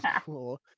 cool